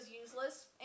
useless